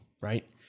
right